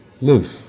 live